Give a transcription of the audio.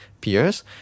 peers